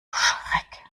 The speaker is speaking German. schreck